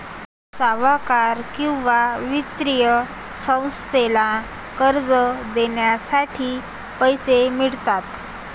सावकार किंवा वित्तीय संस्थेला कर्ज देण्यासाठी पैसे मिळतात